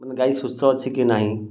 ମାନେ ଗାଈ ସୁସ୍ଥ ଅଛି କି ନାହିଁ